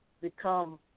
become